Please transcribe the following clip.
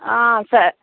సరే